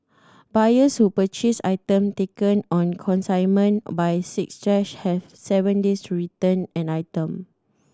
buyers who purchase item taken on consignment by six have seven days to return and item